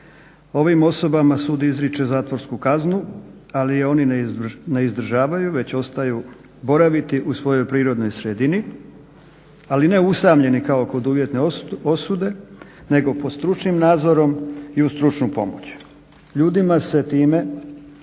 Ovim osobama sud izriče zatvorsku kaznu ali je oni ne izdržavaju već ostaju boraviti u svojoj prirodnoj sredini ali ne usamljeni kao kod uvjetne osude nego pod stručnim nadzorom i uz stručnu pomoć. Ljudima se time